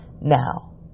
now